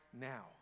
now